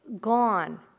gone